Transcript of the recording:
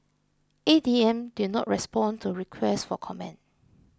A D M did not respond to requests for comment